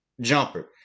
jumper